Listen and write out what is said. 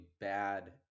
bad